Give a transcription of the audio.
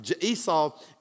Esau